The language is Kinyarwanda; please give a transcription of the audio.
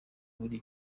buri